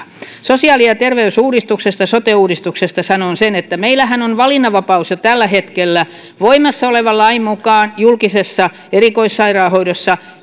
sosiaali ja terveysuudistuksesta sote uudistuksesta sanon sen että meillähän on valinnanvapaus jo tällä hetkellä voimassa olevan lain mukaan julkisessa erikoissairaanhoidossa